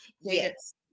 yes